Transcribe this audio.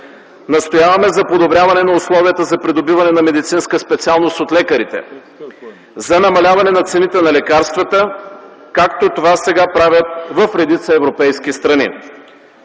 Настояваме за подобряване на условията за придобиване на медицинска специалност от лекарите, за намаляване на цените на лекарствата, както това сега правят в редица европейски страни.